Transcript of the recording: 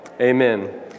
Amen